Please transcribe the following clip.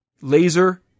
laser